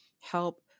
help